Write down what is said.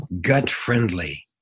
gut-friendly